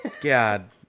God